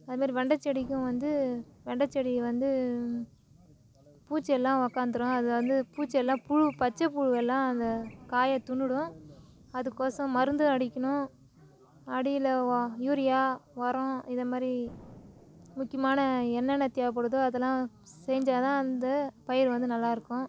அதுமாதிரி வெண்டைச்செடிக்கும் வந்து வெண்டைச்செடி வந்து பூச்சி எல்லாம் உக்காந்துரும் அது வந்து பூச்சி எல்லாம் புழு பச்சை புழு எல்லாம் அந்த காயை திண்ணுடும் அதுக்கோசரம் மருந்தும் அடிக்கணும் அடியில் யூரியா ஒரம் இது மாதிரி முக்கியமான என்னென்ன தேவைப்படுதோ அதலாம் செஞ்சால் தான் அந்த பயிர் வந்து நல்லாயிருக்கும்